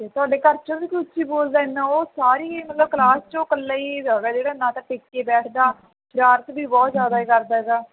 ਅਤੇ ਤੁਹਾਡੇ ਘਰ 'ਚ ਵੀ ਕੋਈ ਉੱਚੀ ਬੋਲਦਾ ਇੰਨਾ ਉਹ ਸਾਰੀ ਮਤਲਬ ਕਲਾਸ 'ਚੋਂ ਇਕੱਲਾ ਹੀ ਹੈਗਾ ਜਿਹੜਾ ਨਾ ਤਾਂ ਟਿਕ ਕੇ ਬੈਠਦਾ ਸ਼ਰਾਰਤ ਵੀ ਬਹੁਤ ਜ਼ਿਆਦਾ ਕਰਦਾ ਹੈਗਾ